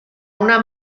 una